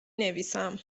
نویسم